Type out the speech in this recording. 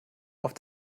auf